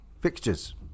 fixtures